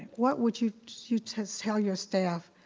what would you you tell tell your staff,